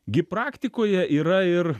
gi praktikoje yra ir